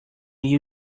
riu